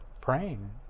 praying